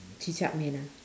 cicak man ah